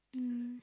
mm